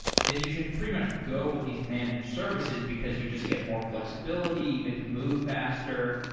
then you should pretty much go with these managed services because you just get more flexibility. you get to move faster.